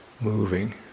moving